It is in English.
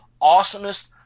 awesomest